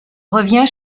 revient